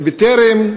"בטרם",